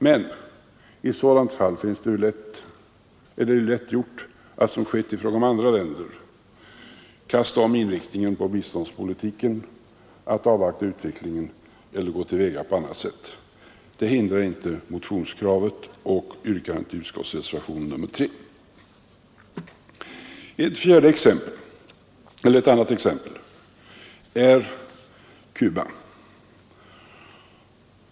Men i sådant fall är det lätt gjort att liksom skett i fråga om andra länder kasta om inriktningen på biståndspolitiken, att avvakta utvecklingen eller att gå till väga på annat sätt. Det hindrar inte motionskravet och yrkandet i reservationen 3. Ett annat exempel är Cuba.